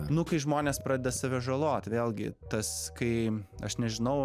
nu kai žmonės pradeda save žaloti vėlgi tas kai aš nežinau